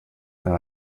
that